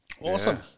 Awesome